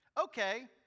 Okay